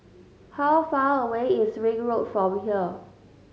how far away is Ring Road from here